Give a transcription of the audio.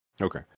Okay